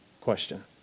question